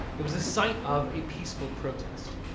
it was a sign of a peaceful protest.